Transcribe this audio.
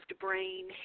brain